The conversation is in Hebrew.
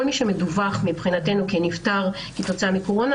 כל מי שמדווח מבחינתנו כנפטר כתוצאה מקורונה,